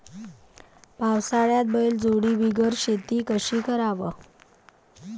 पावसाळ्यात बैलजोडी बिगर शेती कशी कराव?